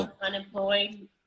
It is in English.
unemployed